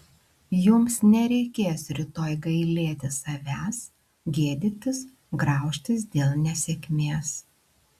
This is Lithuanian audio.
jums nereikės rytoj gailėtis savęs gėdytis graužtis dėl nesėkmės